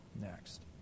next